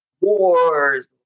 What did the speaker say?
wars